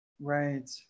Right